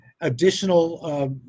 additional